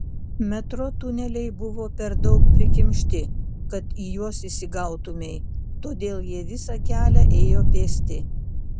metro tuneliai buvo per daug prikimšti kad į juos įsigautumei todėl jie visą kelią ėjo pėsti